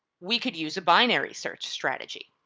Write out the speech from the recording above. we could use a binary search strategy.